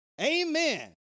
Amen